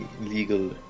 legal